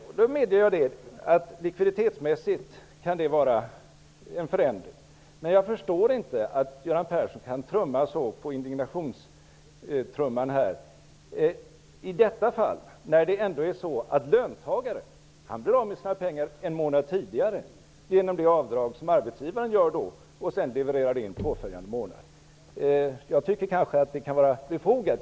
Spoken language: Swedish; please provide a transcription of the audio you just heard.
Jag medger att det likviditetsmässigt kan innebära en förändring. Men jag förstår inte att Göran Persson kan trumma så på indignationstrumman när nu löntagaren, genom det avdrag som arbetsgivaren gör och levererar in påföljande månad, blir av med sina pengar en månad tidigare. Jag tycker att tidigareläggningen kanske kan vara befogad.